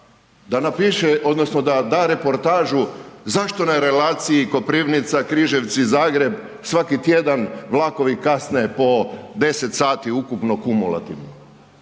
da napiše odnosno da da reportažu zašto na relaciji Koprivnica-Križevci-Zagreb svaki tjedan vlakovi kasne po 10 sati ukupno kumulativno?